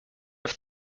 have